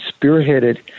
spearheaded